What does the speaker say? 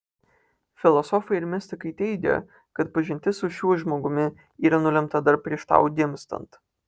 filosofai ir mistikai teigia kad pažintis su šiuo žmogumi yra nulemta dar prieš tau gimstant